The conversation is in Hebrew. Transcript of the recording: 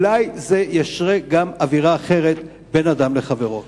אולי זה ישרה גם אווירה אחרת בין אדם לחברו.